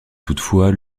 toutefois